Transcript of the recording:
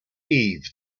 eve